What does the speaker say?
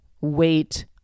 Wait